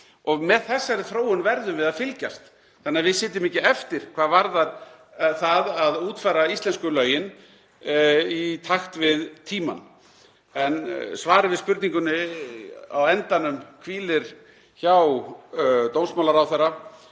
Með þessari þróun verðum við að fylgjast þannig að við sitjum ekki eftir hvað varðar það að útfæra íslensku lögin í takt við tímann. En svarið við spurningunni á endanum hvílir hjá dómsmálaráðherra.